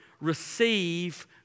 receive